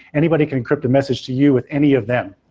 anybody can encrypt a message to you with any of them,